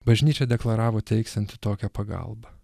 bažnyčia deklaravo teiksianti tokią pagalbą